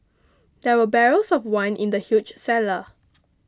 there were barrels of wine in the huge cellar